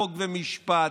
חוק ומשפט,